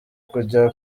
kujya